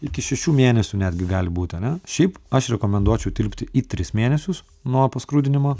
iki šešių mėnesių netgi gali būt ane šiaip aš rekomenduočiau tilpti į tris mėnesius nuo paskrudinimo